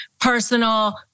personal